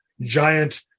giant